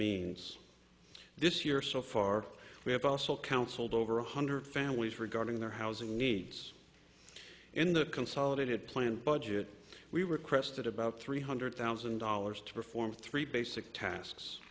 means this year so far we have also counseled over one hundred families regarding their housing needs in the consolidated plan budget we requested about three hundred thousand dollars to perform three basic tasks